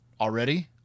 already